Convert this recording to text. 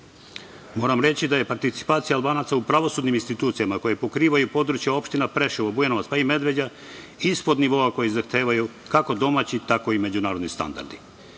Moram reći da je participacija Albanca u pravosudnim institucijama koje pokrivaju područje opštine Preševo, Bujanovac, pa i Medveđa ispod nivoa koje zahtevaju kako domaći tako i međunarodni standardi.